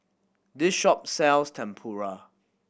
this shop sells Tempura